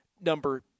number